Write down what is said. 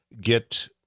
get